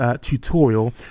tutorial